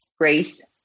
Grace